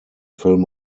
film